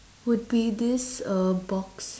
would be this uh box